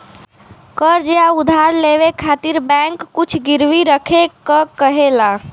कर्ज़ या उधार लेवे खातिर बैंक कुछ गिरवी रखे क कहेला